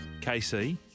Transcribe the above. KC